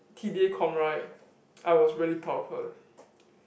right I was really proud of her